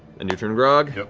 and your turn, grog.